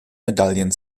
medaillen